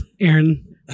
Aaron